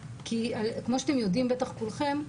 הנציבות, כי כמו שאתם יודעים בטח כולכם,